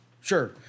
Sure